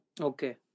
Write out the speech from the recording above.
Okay